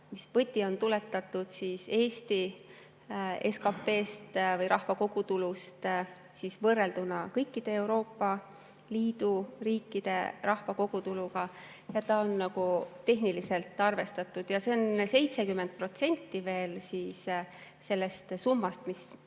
võti. Võti on tuletatud Eesti SKP‑st või rahvakogutulust võrrelduna kõikide Euroopa Liidu riikide rahvakogutuluga. See on tehniliselt arvestatud ja see on 70% sellest summast, mis